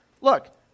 Look